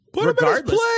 regardless